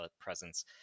presence